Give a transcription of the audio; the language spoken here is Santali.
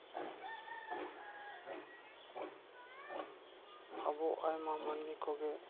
ᱟᱵᱚ ᱟᱭᱢᱟ ᱢᱟᱱᱢᱤ ᱠᱚᱜᱮ